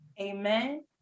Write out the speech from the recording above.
Amen